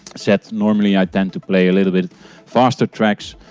set normally i tend to play a little bit faster tracks.